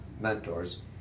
mentors